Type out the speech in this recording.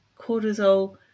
Cortisol